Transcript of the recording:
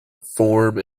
form